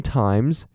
times